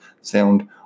sound